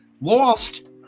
lost